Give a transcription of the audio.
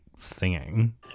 singing